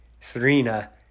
Serena